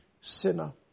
sinner